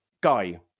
Guy